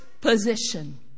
position